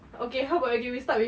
okay how about we start with food